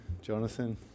Jonathan